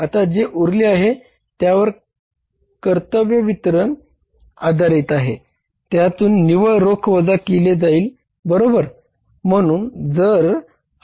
आता जे उरले आहे त्यावर कर्तव्य वितरण आधारित आहे त्यातून निव्वळ रोख वजा केले जाईल बरोबर